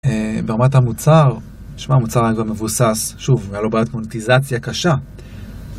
ברמת המוצר, שמע המוצר היה כבר מבוסס, שוב, היה לו בעית מוניטיזציה קשה